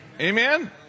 Amen